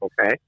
Okay